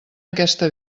aquesta